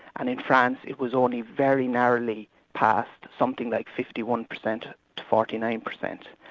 and in france it was only very narrowly passed, something like fifty one percent to forty nine percent,